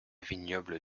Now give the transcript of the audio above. vignoble